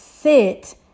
sit